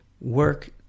Work